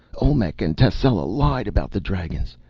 olmec and tascela lied about the dragons.